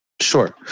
Sure